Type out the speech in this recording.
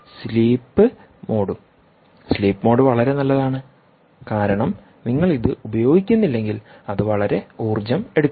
sleep മോഡും sleep mode വളരെ നല്ലതാണ് കാരണം നിങ്ങൾ ഇത് ഉപയോഗിക്കുന്നില്ലെങ്കിൽ അത് വളരെ ഊർജ്ജം എടുക്കുന്നില്ല